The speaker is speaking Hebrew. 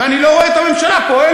ואני לא רואה את הממשלה פועלת.